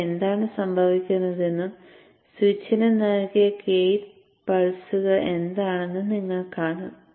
ഇവിടെ എന്താണ് സംഭവിക്കുന്നതെന്നും സ്വിച്ചിന് നൽകിയ ഗേറ്റ് പൾസുകൾ എന്താണെന്നും നിങ്ങൾ കാണും